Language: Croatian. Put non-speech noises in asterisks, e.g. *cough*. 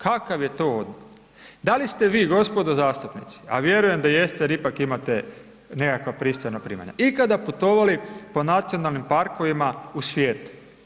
Kakav je to ... *unintelligible* Da li ste vi gospodo zastupnici a vjerujem da jeste jer pak imate nekakva pristojna primanja, ikada putovali po nacionalnim parkovima u svijetu?